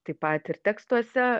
taip pat ir tekstuose